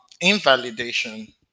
invalidation